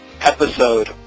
episode